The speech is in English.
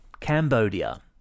Cambodia